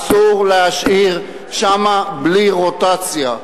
אסור להשאיר שם בלי רוטציה.